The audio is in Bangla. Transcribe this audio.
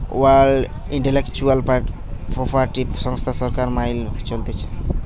ওয়ার্ল্ড ইন্টেলেকচুয়াল প্রপার্টি সংস্থা সরকার মাইল চলতিছে